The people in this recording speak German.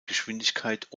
geschwindigkeit